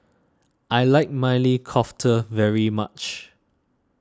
I like Maili Kofta very much